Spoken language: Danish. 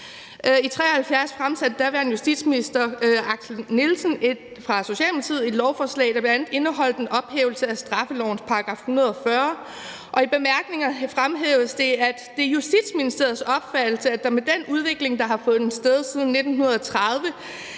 I 1973 fremsatte daværende justitsminister Knud Axel Nielsen fra Socialdemokratiet et lovforslag, der bl.a. indeholdt en ophævelse af straffelovens § 140, og i bemærkningerne fremhævedes det: Det er Justitsministeriets opfattelse, at der med den udvikling, der har fundet sted siden 1930,